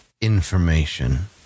Information